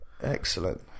Excellent